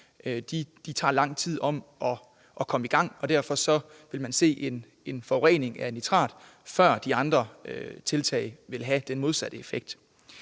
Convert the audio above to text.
der er lang tid om at komme i gang. Og derfor vil man se en forurening af nitrat, før de andre tiltag vil have den modsatte effekt.